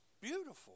beautiful